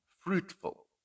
fruitful